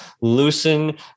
loosen